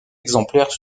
exemplaires